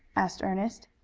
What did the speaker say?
asked ernest.